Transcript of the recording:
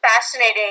fascinating